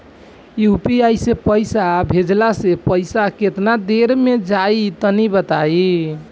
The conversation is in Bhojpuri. यू.पी.आई से पईसा भेजलाऽ से पईसा केतना देर मे जाई तनि बताई?